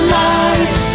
light